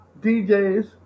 DJs